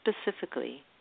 specifically